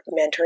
mentoring